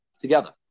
together